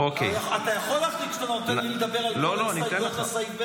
אתה יכול להחליט שאתה נותן לי לדבר על כל ההסתייגויות לסעיף ברצף,